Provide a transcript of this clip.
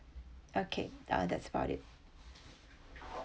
okay ah that's about it